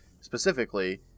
specifically